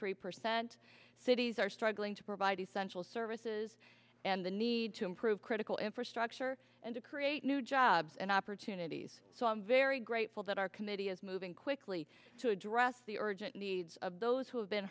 three percent cities are struggling to provide essential services and the need to improve critical infrastructure and to create new jobs and opportunities so i'm very grateful that our committee is moving quickly to address the urgent needs of those who have been